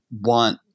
want